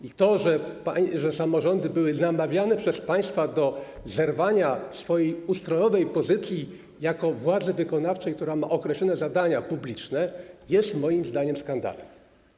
I to, że samorządy były namawiane przez państwa do zerwania swojej ustrojowej pozycji jako władzy wykonawczej, która ma określone zadania publiczne, jest moim zdaniem skandalem.